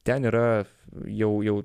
ten yra jau jau